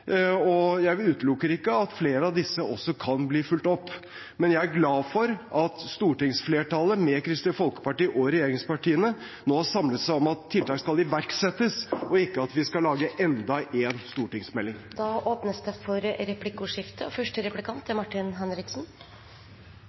og jeg utelukker ikke at flere av disse kan bli fulgt opp. Men jeg er glad for at stortingsflertallet, med Kristelig Folkeparti og regjeringspartiene, nå samler seg om at tiltak skal iverksettes, og ikke om at vi skal lage enda en stortingsmelding. Det blir replikkordskifte. Jeg takker statsråden for innlegget. Hvis man leser regjeringserklæringen, ser man at rekruttering av lærere ikke er